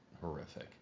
horrific